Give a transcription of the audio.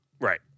Right